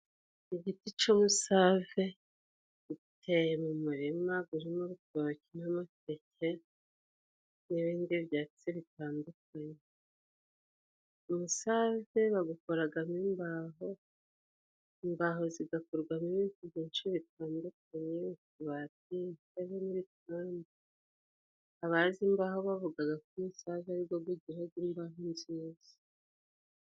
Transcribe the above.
Igiti c'umusave giteye mu muririma gurimo urutoki n'amateke n'ibindi byatsi bitandukanye, umusave bagukoragamo imbaho, imbaho zigakorwamo ibintu byinshi bitandukanye utubati, intebe n'ibitanda. Abazi imbaho bavugaga ko umusave arigwo gugiraga imbaho nziza.